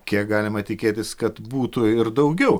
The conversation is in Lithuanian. kiek galima tikėtis kad būtų ir daugiau